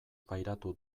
pairatu